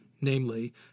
namely